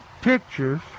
pictures